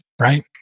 right